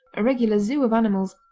a regular zoo of animals,